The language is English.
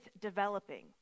developing